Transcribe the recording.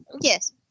Yes